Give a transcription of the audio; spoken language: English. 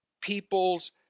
people's